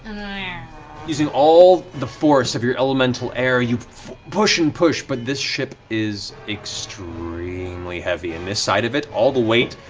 using all the force of your elemental air, you push and push, but this ship is extremely heavy, and this side of it, all the weight,